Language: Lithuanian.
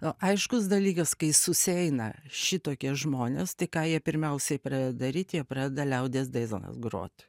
o aiškus dalykas kai susieina šitokie žmonės tai ką jie pirmiausiai pradeda daryt jie pradeda liaudies dainas grot